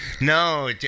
No